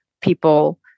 people